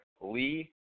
Lee